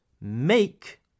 make